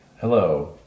Hello